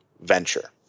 venture